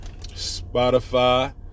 Spotify